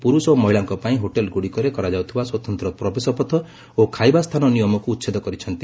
ପୁରୁଷ ଓ ମହିଳାଙ୍କ ପାଇଁ ହୋଟେଲ ଗୁଡ଼ିକରେ କରାଯାଉଥିବା ସ୍ୱତନ୍ତ୍ର ପ୍ରବେଶ ପଥ ଓ ଖାଇବା ସ୍ଥାନ ନିୟମକୁ ଉଚ୍ଛେଦ କରିଛନ୍ତି